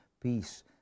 peace